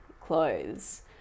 clothes